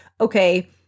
okay